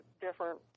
different